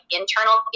internal